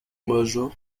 major